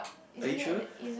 are you sure